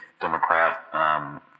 Democrat